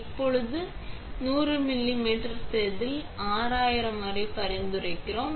இப்போது நாம் ஒரு 100 மில்லிமீட்டர் செதில் 6000 வரை பரிந்துரைக்கிறோம்